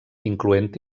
incloent